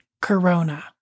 corona